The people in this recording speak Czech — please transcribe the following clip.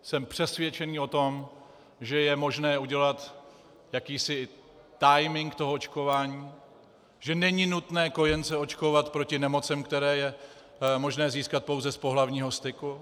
Jsem přesvědčený o tom, že je možné udělat jakýsi timing toho očkování, že není nutné kojence očkovat proti nemocem, které je možné získat pouze z pohlavního styku.